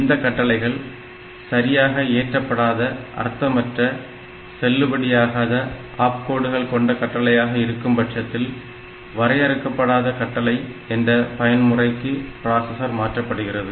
இந்த கட்டளைகள் சரியாக ஏற்றப்படாத அர்த்தமற்ற செல்லுபடியாகாத ஆப்கோடுகள் கொண்ட கட்டளைகளாக இருக்கும் பட்சத்தில் வரையறுக்கப்படாத கட்டளை என்ற பயன்முறைக்கு பிராசஸர் மாற்றப்படுகிறது